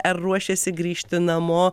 ar ruošiasi grįžti namo